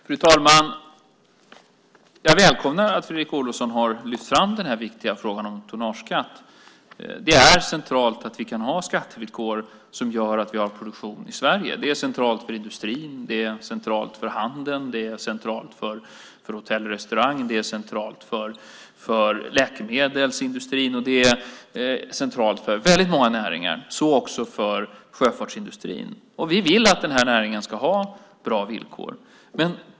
Fru talman! Jag välkomnar att Fredrik Olovsson har lyft fram den viktiga frågan om tonnageskatt. Det är centralt att vi kan ha skattevillkor som gör att vi har en produktion i Sverige. Det är centralt för industrin. Det är centralt för handeln. Det är centralt för hotell och restaurangbranschen. Det är centralt för läkemedelsindustrin. Ja, det är centralt för väldigt många näringar, så också för sjöfartsindustrin. Vi vill att sjöfartsnäringen ska ha bra villkor.